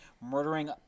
murdering